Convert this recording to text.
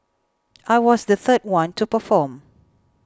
I was the third one to perform